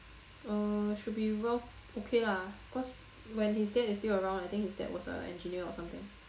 err should be worth okay lah cause when his dad is still around I think his dad was an engineer or something